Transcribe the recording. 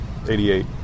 88